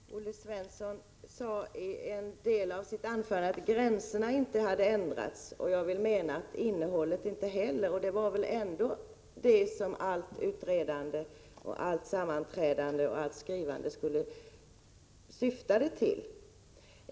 Herr talman! Olle Svensson sade i en del av sitt anförande att gränserna inte hade ändrats. Jag vill mena att det också gäller innehållet, och det var väl ändå det som allt utredande, allt sammanträdande och allt skrivande syftade till.